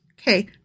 Okay